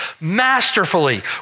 masterfully